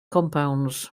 compounds